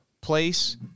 place